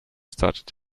started